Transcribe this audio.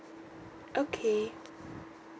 okay